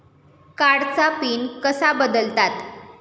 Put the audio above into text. कार्डचा पिन कसा बदलतात?